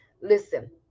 Listen